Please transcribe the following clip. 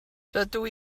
rydw